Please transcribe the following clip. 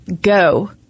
Go